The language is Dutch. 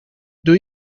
doe